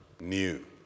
new